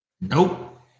Nope